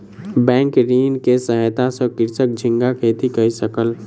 bank ऋण के सहायता सॅ कृषक झींगा खेती कय सकल